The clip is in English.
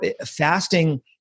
fasting